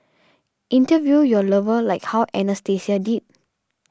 interview your lover like how Anastasia did